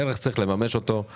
את הערך צריך לממש בשטח.